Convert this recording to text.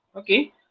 Okay